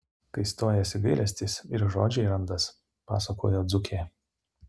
kai stojasi gailestis ir žodžiai randas pasakojo dzūkė